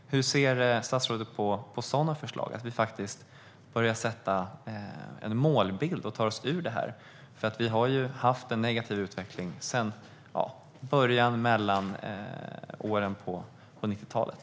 Hur ser statsrådet på sådana förslag, alltså att vi börjar sätta en målbild för att ta oss ur detta? Vi har nämligen haft en negativ utveckling sedan 1990-talet.